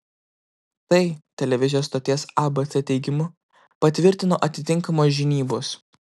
tai televizijos stoties abc teigimu patvirtino atitinkamos žinybos